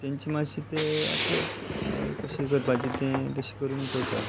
तांची मातशे ते आपले कशे करपाचें तें तशें करून करता